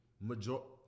majority